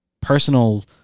personal